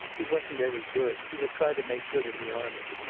he wasn't any good. he would try to make good in the army.